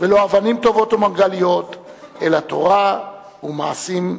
ולא אבנים טובות ומרגליות אלא תורה ומעשים טובים".